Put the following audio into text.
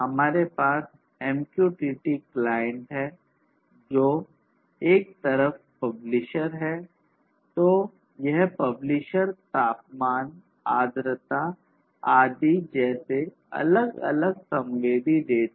हमारे पास MQTT client द्वारा पब्लिश किया जाएगा